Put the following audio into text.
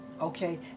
Okay